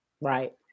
Right